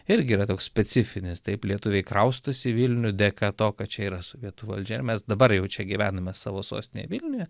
irgi yra toks specifinis taip lietuviai kraustosi į vilnių dėka to kad čia yra sovietų valdžia ir mes dabar jau čia gyvename savo sostinėje vilniuje